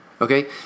Okay